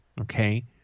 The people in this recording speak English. okay